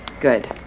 Good